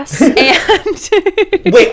Wait